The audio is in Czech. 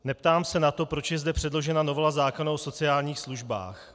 Neptám se na to, proč je zde předložena novela zákona o sociálních službách.